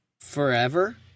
forever